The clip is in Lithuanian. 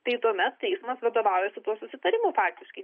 tai tuomet teismas vadovaujasi tuo susitarimu faktiškai